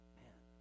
man